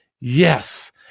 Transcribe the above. Yes